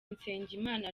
nsengimana